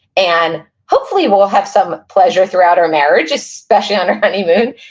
and hopefully we'll we'll have some pleasure throughout our marriage, especially on our honeymoon,